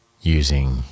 using